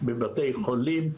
בבתי חולים.